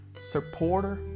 supporter